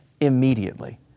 immediately